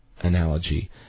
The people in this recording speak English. analogy